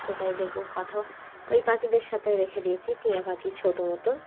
সেটাই দেখবো কথাও ওই পাখিদের সাথেও রেখে দিয়েছি টিয়া পাখি ছোটো মতো